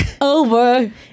over